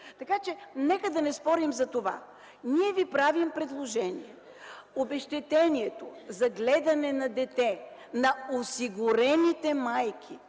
Така че нека да не спорим за това. Колеги, ние ви правим предложение: обезщетението за гледане на дете на осигурените майки